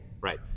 Right